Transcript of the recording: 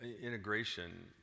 integration